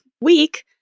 week